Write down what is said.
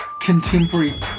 contemporary